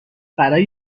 برای